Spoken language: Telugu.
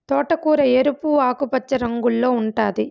తోటకూర ఎరుపు, ఆకుపచ్చ రంగుల్లో ఉంటాది